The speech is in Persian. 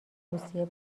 روسیه